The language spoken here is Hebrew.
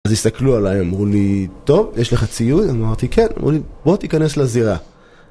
אז הסתכלו עליי, אמרו לי, טוב, יש לך ציוד? אמרתי כן, אמרו לי, בוא תיכנס לזירה.